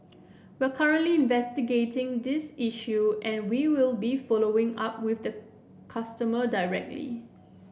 we are currently investigating this issue and we will be following up with the customer directly